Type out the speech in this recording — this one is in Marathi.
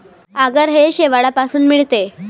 आगर हे शेवाळापासून मिळते